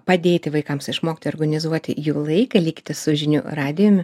padėti vaikams išmokt organizuoti jų laiką likite su žinių radijum